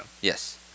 Yes